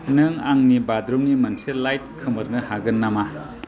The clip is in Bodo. नों आंनि बाथरुमनि मोनसे लाइट खोमोरनो हागोन नामा